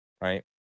right